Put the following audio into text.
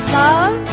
love